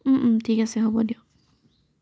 ঠিক আছে হ'ব দিয়ক